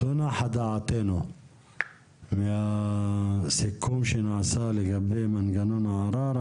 לא נחה דעתנו מהסיכום שנעשה לגבי מנגנון הערר.